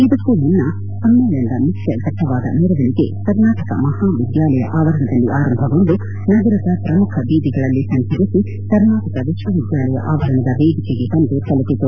ಇದಕ್ಕೂ ಮುನ್ನ ಸಮ್ಮೇಳನದ ಮುಖ್ಯ ಫಳ್ವವಾದ ಮೆರವಣಿಗೆ ಕರ್ನಾಟಕ ಮಹಾವಿದ್ಯಾಲಯ ಆವರಣದಲ್ಲಿ ಆರಂಭಗೊಂಡು ನಗರದ ಪ್ರಮುಖ ಬೀದಿಗಳಲ್ಲಿ ಸಂಚರಿಸಿ ಕರ್ನಾಟಕ ವಿಶ್ವವಿದ್ಯಾಲಯ ಆವರಣದ ವೇದಿಕೆಗೆ ಬಂದು ತಲುಪಿತ್ತು